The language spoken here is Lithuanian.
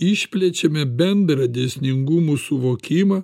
išplečiame bendrą dėsningumų suvokimą